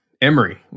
Emory